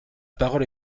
parole